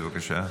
בבקשה.